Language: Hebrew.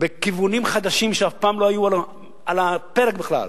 בכיוונים חדשים שאף פעם לא היו על הפרק בכלל,